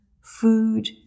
food